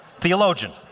theologian